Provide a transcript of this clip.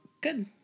Good